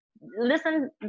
listen